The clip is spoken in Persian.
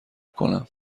کنم